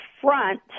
front